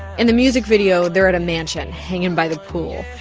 in the music video, they're at a mansion hanging by the pool.